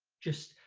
just,